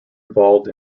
involved